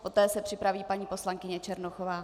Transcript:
Poté se připraví paní poslankyně Černochová.